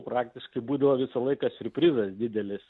praktiškai būdavo visą laiką siurprizas didelis